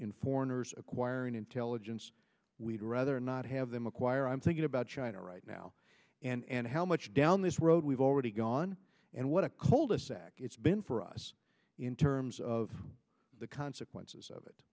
in foreigners acquiring intelligence we'd rather not have them acquire i'm thinking about china right now and how much down this road we've already gone and what a cold isac it's been for us in terms of the consequences of it